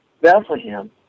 Bethlehem